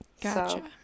Gotcha